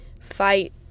fight